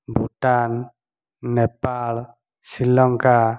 Bhutan Nepal Sri Lanka